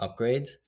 upgrades